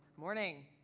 morning.